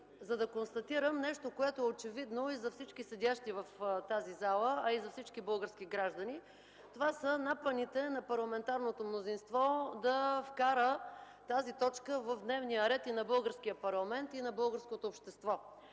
за да констатирам нещо, което е очевидно и за всички седящи в тази зала, а и за всички български граждани. Това са напъните на парламентарното мнозинство да вкара тази точка в дневния ред и на българския парламент, и на българското общество.